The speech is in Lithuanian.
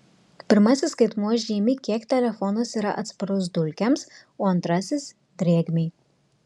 pirmasis skaitmuo žymi kiek telefonas yra atsparus dulkėms o antrasis drėgmei